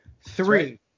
three